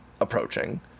approaching